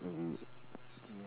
we have